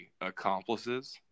accomplices